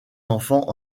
enfants